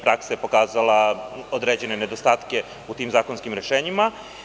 Praksa je pokazala određene nedostatke u tim zakonskim rešenjima.